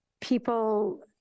people